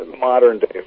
modern-day